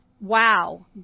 wow